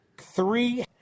Three